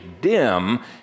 dim